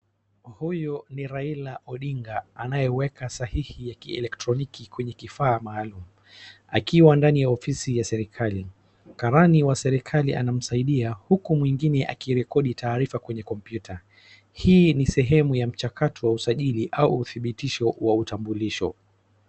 Huyu ni Raila Odinga anayeweka sahihi ya kielektroniki kwenye kifaa maalamu akiwa ndani ya ofisi ya serikali. Karani wa serikali anamsaidia huku mwingine akirekodi taarifa kwenye kompyuta. Hii ni sehemu ya mchakato wa usajili au utibitisho wa utambulisho.